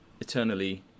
eternally